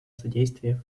содействия